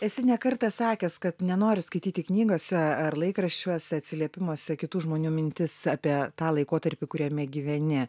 esi ne kartą sakęs kad nenori skaityti knygose ar laikraščiuose atsiliepimuose kitų žmonių mintis apie tą laikotarpį kuriame gyveni